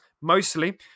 mostly